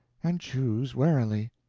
and choose warily.